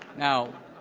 now,